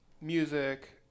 music